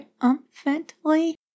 triumphantly